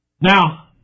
Now